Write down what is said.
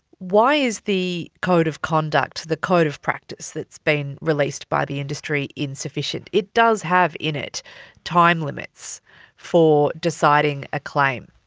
why is the code of conduct, the code of practice that has released by the industry insufficient? it does have in it time limits for deciding a claim.